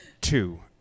two